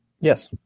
Yes